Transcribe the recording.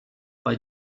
bei